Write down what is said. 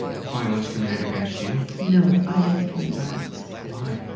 violence committed against you? no. i had to commit violence. why?